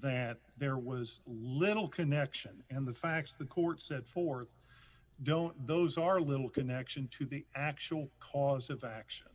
that there was little connection and the facts of the court set forth don't those are little connection to the actual cause of action